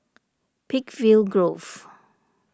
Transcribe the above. Peakville Grove